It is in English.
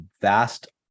vast